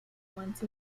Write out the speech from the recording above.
once